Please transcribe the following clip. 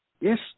Yes